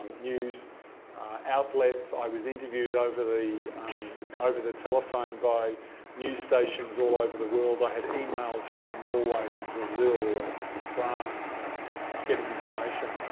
news outlets. i was interviewed over the um over the telephone by news stations all over the world. i had emails from norway and brazil and france and getting information,